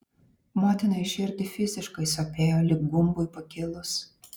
motinai širdį fiziškai sopėjo lyg gumbui pakilus